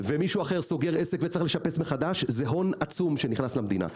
ומישהו אחר סוגר עסק וצריך לשפץ מחדש זה הון עצום שנכנס למדינה.